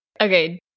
Okay